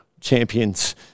champions